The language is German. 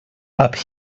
aber